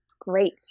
Great